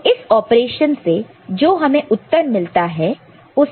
तो इस ऑपरेशन से जो हमें उत्तर मिलता है उसे इस तरीके से समझना है